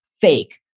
fake